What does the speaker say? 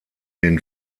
den